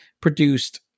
produced